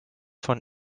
von